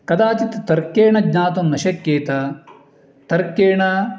कदाचित् तर्केण ज्ञातं न शक्येत तर्केण